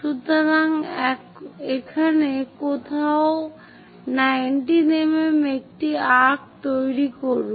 সুতরাং এখানে কোথাও 19 mm একটি চাপ তৈরি করুন